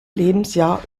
lebensjahr